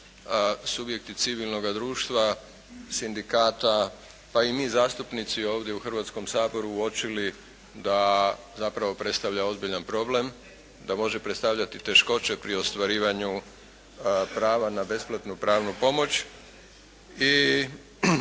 subjekti civilnoga društva, sindikata pa i mi zastupnici ovdje u Hrvatskom saboru ovdje uočili da zapravo predstavlja ozbiljan problem. Da može predstavljati teškoće pri ostvarivanju prava na besplatnu pravnu pomoć.